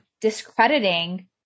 discrediting